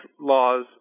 laws